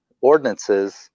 ordinances